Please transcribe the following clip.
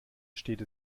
steht